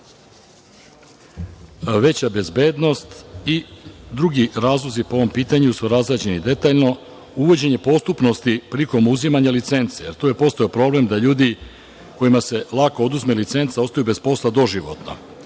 Veća bezbednost i drugi razlozi po ovom pitanju su razrađeni detaljno. Uvođenje postupnosti prilikom uzimanja licence, jer je tu postojao problem da ljudi kojima se lako oduzme licenca ostaju bez posla doživotno,